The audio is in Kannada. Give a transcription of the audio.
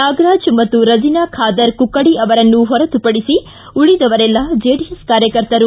ನಾಗರಾಜ್ ಮತ್ತು ರಜೀನಾ ಖಾದರ್ ಕುಕ್ಕಡಿ ಅವರನ್ನು ಹೊರತುಪಡಿಸಿ ಉಳಿದವರೆಲ್ಲ ಜೆಡಿಎಸ್ ಕಾರ್ಯಕರ್ತರು